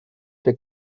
der